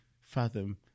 fathom